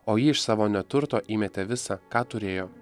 o ji iš savo neturto įmetė visa ką turėjo